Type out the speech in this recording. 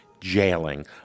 jailing